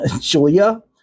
Julia